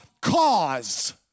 cause